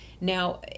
Now